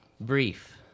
brief